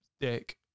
dick